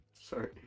Sorry